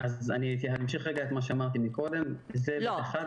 אמשיך את מה שאמרתי מקודם, זה אחד.